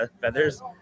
feathers